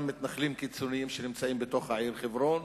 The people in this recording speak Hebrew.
מתנחלים קיצוניים שנמצאים בתוך העיר חברון: